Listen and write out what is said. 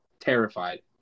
terrified